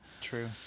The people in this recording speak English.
True